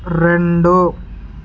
రెండు